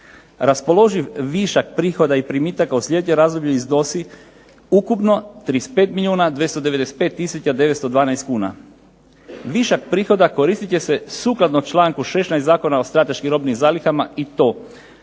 Raspoloživ višak prihoda i primitaka …/Ne razumije se./… razdoblju iznosi ukupno 35 milijuna 295 tisuća 912 kuna. Višak prihoda koristit će se sukladno članku 16. Zakona o strateškim robnim zalihama i to